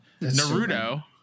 Naruto